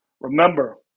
Remember